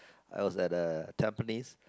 I was at uh Tampines